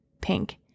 pink